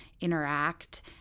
interact